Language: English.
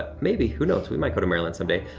but maybe, who knows, we might go to maryland some day.